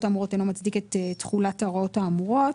האמורות אינו מצדיק את תחולת ההוראות האמורות.